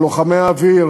ללוחמי האוויר,